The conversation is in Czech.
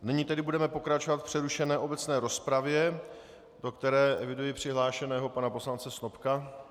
Nyní tedy budeme pokračovat v přerušené obecné rozpravě, do které eviduji přihlášeného pana poslance Snopka.